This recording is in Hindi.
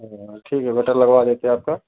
हाँ ठीक है बटर लगवा देते हैं आपका